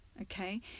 Okay